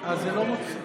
זה לא מוצמד.